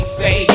say